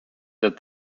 that